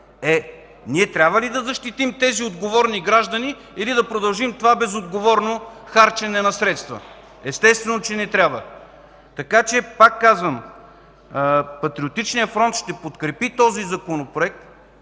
Е, ние трябва ли да защитим тези отговорни граждани? Или да продължим това безотговорно харчене на средства? Естествено, че не трябва. Пак казвам, Патриотичният фронт ще подкрепи този Законопроект.